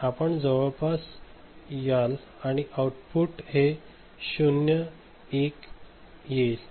तर आपण जवळपास याल आणि हे आऊटपुट 0s 1s येईल